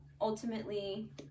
ultimately